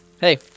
Hey